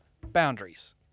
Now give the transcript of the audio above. boundaries